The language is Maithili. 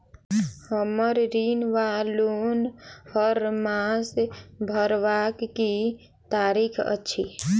हम्मर ऋण वा लोन हरमास भरवाक की तारीख अछि?